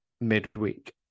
midweek